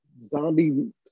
zombie